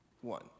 one